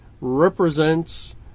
represents